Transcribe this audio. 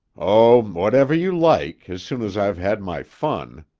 oh, whenever you like, as soon as i've had my fun.